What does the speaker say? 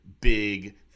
big